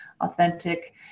authentic